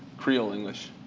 creole english.